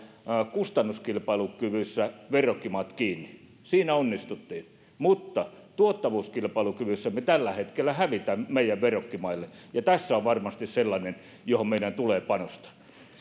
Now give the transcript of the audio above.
kustannuskilpailukyvyssä verrokkimaat kiinni siinä onnistuttiin mutta tuottavuuskilpailukyvyssä me tällä hetkellä häviämme meidän verrokkimaille ja tässä on varmasti sellainen johon meidän tulee panostaa